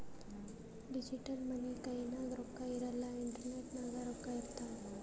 digital money ಕೈನಾಗ್ ರೊಕ್ಕಾ ಇರಲ್ಲ ಇಂಟರ್ನೆಟ್ ನಾಗೆ ರೊಕ್ಕಾ ಇರ್ತಾವ್